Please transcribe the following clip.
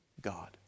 God